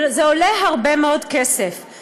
זה עולה הרבה מאוד כסף,